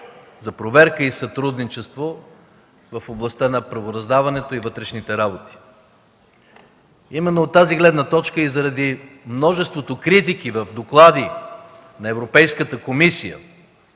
за проверка и сътрудничество в областта на правораздаването и вътрешните работи. Именно от тази гледна точка и заради множеството критики в доклади на Европейската комисия